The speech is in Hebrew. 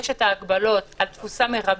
יש ההגבלות על תפוסה מרבית,